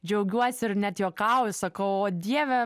džiaugiuosi ir net juokauju sakau o dieve